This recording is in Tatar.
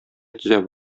төзәп